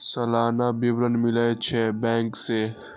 सलाना विवरण मिलै छै बैंक से?